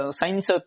science